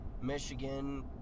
Michigan